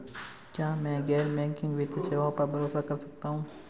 क्या मैं गैर बैंकिंग वित्तीय सेवाओं पर भरोसा कर सकता हूं?